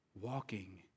walking